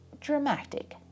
dramatic